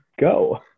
go